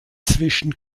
zwischen